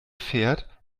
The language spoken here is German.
fährt